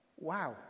wow